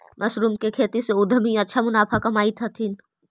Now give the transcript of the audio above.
mushroom के खेती से उद्यमी अच्छा मुनाफा कमाइत हइ